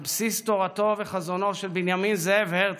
על בסיס תורתו וחזונו של בנימין זאב הרצל,